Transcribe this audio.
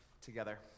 together